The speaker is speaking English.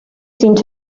seemed